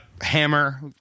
hammer